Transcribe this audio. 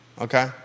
Okay